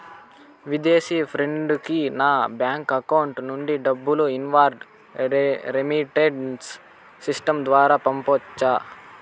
విదేశీ ఫ్రెండ్ కి నా బ్యాంకు అకౌంట్ నుండి డబ్బును ఇన్వార్డ్ రెమిట్టెన్స్ సిస్టం ద్వారా పంపొచ్చా?